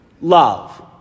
Love